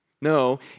No